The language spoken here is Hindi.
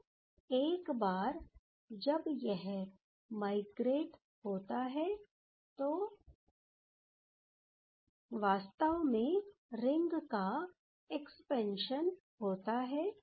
तो एक बार जब यह माइग्रेट होता है तो वास्तव में रिंग का एक्सपेंशन होता है